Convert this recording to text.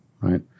Right